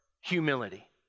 humility